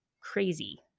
crazy